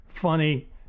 funny